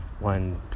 One